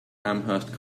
amherst